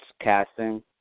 casting